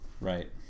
right